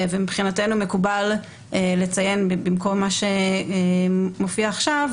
ומבחינתנו מקובל לציין במקום מה שמופיע עכשיו,